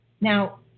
Now